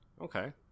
Okay